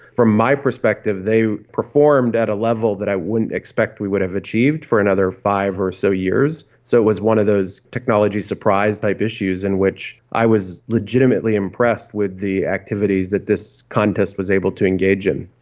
from my perspective they performed at a level that i wouldn't expect we would have achieved for another five or so years. so it was one of those technology surprise type issues in which i was legitimately impressed with the activities that this contest was able to engage in.